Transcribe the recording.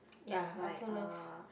ya I also love